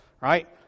right